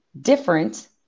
different